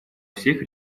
всех